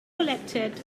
collected